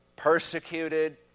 Persecuted